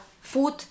food